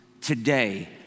Today